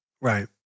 Right